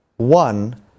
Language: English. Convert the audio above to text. One